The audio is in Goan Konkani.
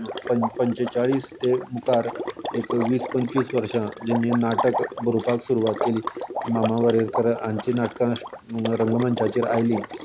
पंच पंचेचाळीस ते मुखार एक वीस पंचवीस वर्सां जें नाटक बरोवपाक सुरवात केली मामा वरेडकर हांची नाटकां रंगमंचाचेर आयलीं